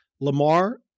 Lamar